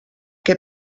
què